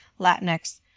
Latinx